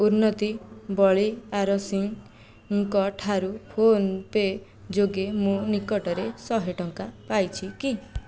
ଉନ୍ନତି ବଳିଆରସିଂହ ଙ୍କ ଠାରୁ ଫୋନ ପେ ଯୋଗେ ମୁଁ ନିକଟରେ ଶହେ ଟଙ୍କା ପାଇଛି କି